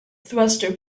thruster